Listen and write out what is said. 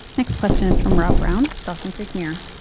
next question is from rob brown, dawson creek mirror.